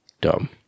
dumb